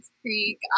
Creek